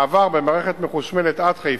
מעבר במערכת מחושמלת עד חיפה,